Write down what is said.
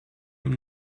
amb